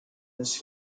neste